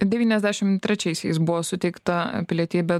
devyniasdešim trečiaisiais buvo suteikta pilietybė